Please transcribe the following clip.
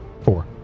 Four